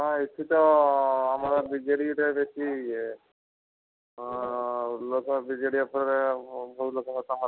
ହଁ ଏଠି ତ ଆମର ବିଜେଡ଼ିରେ ବେଶୀଲୋକ ବିଜେଡ଼ି ଉପରେ ବହୁତ ଲୋକଙ୍କ ସମର୍ଥନ